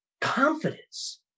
confidence